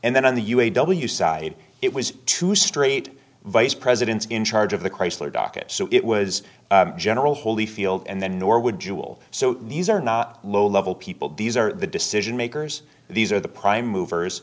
and then on the u a w side it was two straight vice presidents in charge of the chrysler docket so it was general holyfield and then norwood jewel so these are not low level people d s are the decision makers these are the prime movers